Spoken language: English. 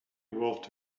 wolfed